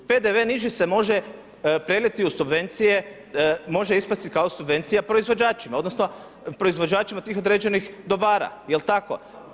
PDV niži se može preliti u subvencije, može ispasti kao subvencija proizvođačima odnosno proizvođačima tih određenih dobara, jel tako?